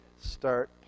start